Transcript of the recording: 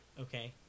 Okay